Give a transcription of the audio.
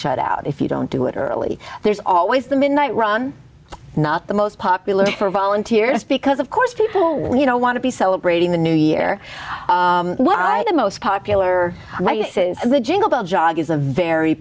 shut out if you don't do it early there's always the midnight run not the most popular for volunteers because of course you don't want to be celebrating the new year the most popular the jingle bell jog is a very